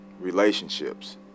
relationships